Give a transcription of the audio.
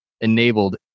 enabled